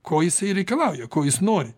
ko jisai reikalauja ko jis nori